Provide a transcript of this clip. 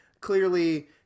clearly